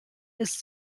ist